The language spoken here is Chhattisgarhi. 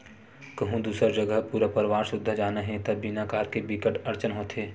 कहूँ दूसर जघा पूरा परवार सुद्धा जाना हे त बिना कार के बिकट अड़चन होथे